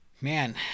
man